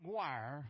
McGuire